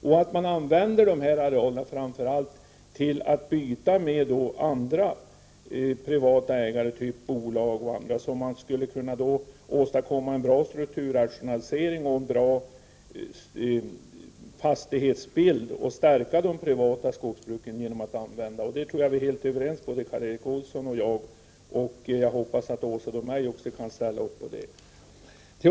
Arealerna skall användas framför allt till att byta med andra privata ägare, som t.ex. bolag, och åstadkomma en bra strukturrationalisering och en bra fastighetsbild och stärka de privata skogsbruken. Karl Erik Olsson och jag är helt överens om detta, och jag hoppas att Åsa Domeij också kan ställa upp på detta.